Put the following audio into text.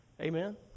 Amen